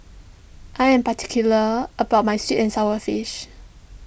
I am particular about my Sweet and Sour Fish